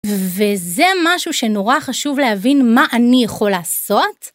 וזה משהו שנורא חשוב להבין, מה אני יכול לעשות